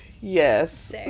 Yes